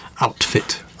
outfit